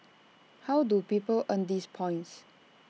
how do people earn these points